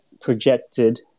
projected